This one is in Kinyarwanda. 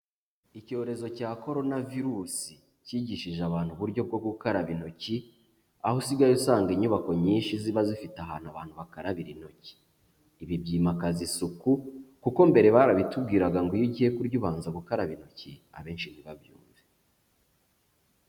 Icyorezo cya Korona Virusi, cyigishije abantu uburyo bwo gukaraba intoki, aho usigaye usanga inyubako nyinshi ziba zifite ahantu abantu bakarabira intoki, ibi byimakaza isuku kuko mbere barabitubwiraga ngo iyo ugiye kurya ubanza gukaraba intoki abenshi ntibabyumve.